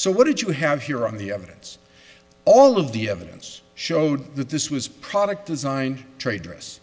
so what did you have here on the evidence all of the evidence showed that this was product design traitorous